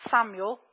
Samuel